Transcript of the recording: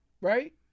right